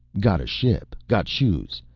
got a ship, got shoes.